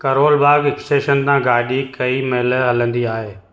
Karol Bagh station तां गाॾी कंहिं महिल हलंदी आहे